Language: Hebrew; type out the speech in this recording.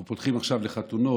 אנחנו פותחים עכשיו לחתונות,